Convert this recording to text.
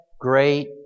great